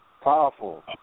powerful